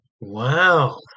wow